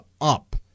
up